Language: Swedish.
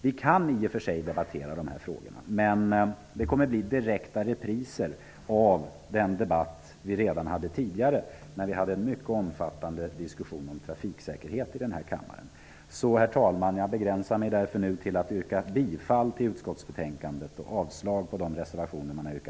Vi kan i och för sig debattera dessa frågor, men det skulle bli direkta repriser av den mycket omfattande debatten om trafiksäkerhet som vi redan tidigare haft här i kammaren. Herr talman! Jag begränsar mig därför till att yrka bifall till utskottets hemställan och avslag på reservationerna.